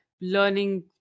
learning